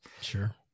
Sure